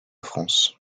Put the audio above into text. france